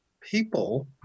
people